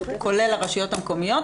כולל לרשויות המקומיות,